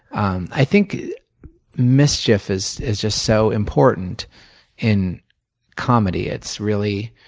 um i think mischief is is just so important in comedy. it's really,